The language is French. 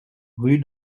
rue